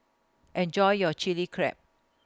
Enjoy your Chili Crab